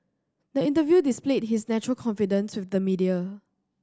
the interview displayed his natural confidence with the media